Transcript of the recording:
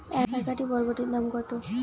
এক আঁটি বরবটির দাম কত?